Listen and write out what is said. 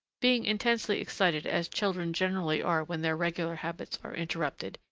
being intensely excited as children generally are when their regular habits are interrupted,